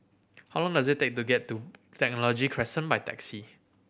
how long does it take to get to Technology Crescent by taxi